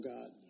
God